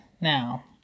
Now